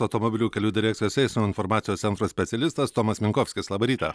automobilių kelių direkcijos eismo informacijos centro specialistas tomas minkovskis labą rytą